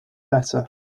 better